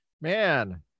man